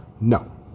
no